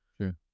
sure